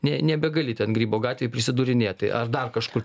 ne nebegali ten grybo gatvėj prisidūrinėti ar dar kažkur